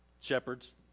Shepherds